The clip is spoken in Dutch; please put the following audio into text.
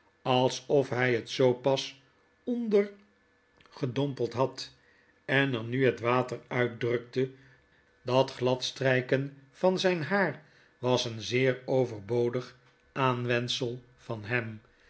alsof h het zoo pas ondergedompld had en er nu het water uitdrukte dat gladstryken van zyn haar was een zeer overbodig aanwendsel van hem